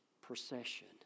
procession